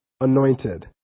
anointed